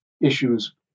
issues